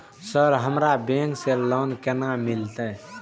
Sir हमरा bank से loan केना मिलते?